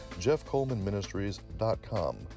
jeffcolemanministries.com